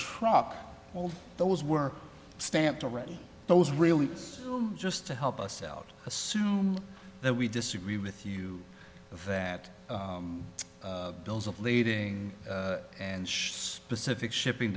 truck all those were stamped already those really just to help us out assume that we disagree with you that bills of lading and specific shipping